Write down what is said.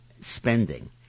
spending